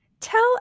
Tell